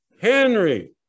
Henry